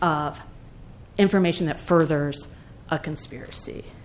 information that furthers a conspiracy